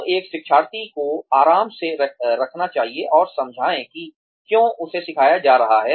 तो एक शिक्षार्थी को आराम से रखना चाहिए और समझाएं कि क्यों उसे सिखाया जा रहा है